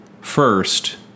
first